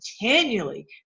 continually